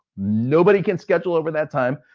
nobody can schedule over that time,